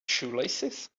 shoelaces